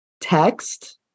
text